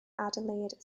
adelaide